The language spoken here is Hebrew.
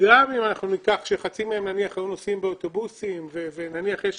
גם אם חצי מהם נניח היו נוסעים באוטובוסים ונניח יש